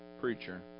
preacher